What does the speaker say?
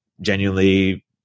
genuinely